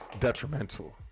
detrimental